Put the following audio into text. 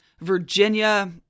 Virginia